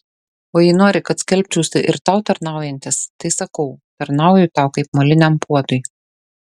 o jei nori kad skelbčiausi ir tau tarnaujantis tai sakau tarnauju tau kaip moliniam puodui